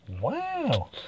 Wow